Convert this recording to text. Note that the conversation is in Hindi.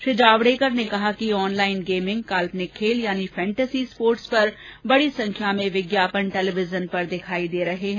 श्री जावड़ेकर ने कहा कि ऑनलाइन गेमिंग काल्पनिक खेल यानी फैंटसी स्पोर्टस पर बडी संख्या में विज्ञापन टेलीविजन पर दिखाई दे रहे हैं